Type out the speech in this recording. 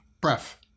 Breath